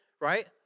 right